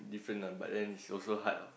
different lah but then it's also hard lah